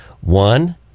one